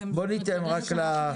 אתם --- בואו ניתן רק לרינת.